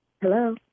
Hello